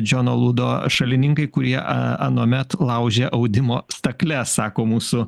džono ludo šalininkai kurie anuomet laužė audimo stakles sako mūsų